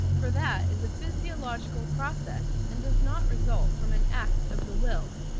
for that is a physiological process, and does not result from an act of the will.